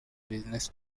business